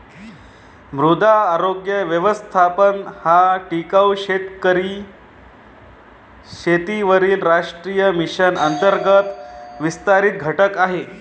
मृदा आरोग्य व्यवस्थापन हा टिकाऊ शेतीवरील राष्ट्रीय मिशन अंतर्गत विस्तारित घटक आहे